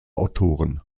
autoren